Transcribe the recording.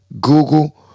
Google